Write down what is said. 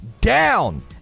down